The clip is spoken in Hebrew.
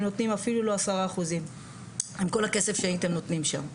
נותנים אפילו לא 10%. עם כל הכסף שהייתם נותנים שם.